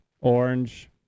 Orange